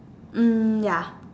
mm ya